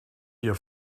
ihr